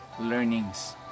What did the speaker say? learnings